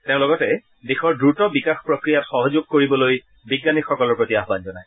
তেওঁ লগতে দেশৰ দ্ৰত বিকাশ প্ৰফ্ৰিয়াত সহযোগ কৰিবলৈ বিজ্ঞানীসকলৰ প্ৰতি আহান জনায়